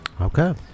Okay